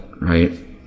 right